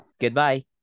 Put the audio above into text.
goodbye